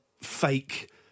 fake